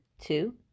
Two